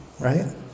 Right